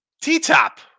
T-Top